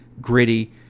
gritty